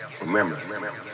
Remember